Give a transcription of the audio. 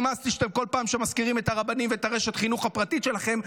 נמאס לי שכל פעם שמזכירים את הרבנים ואת רשת החינוך הפרטית שלכם,